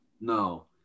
No